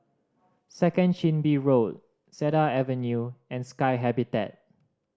Second Chin Bee Road Cedar Avenue and Sky Habitat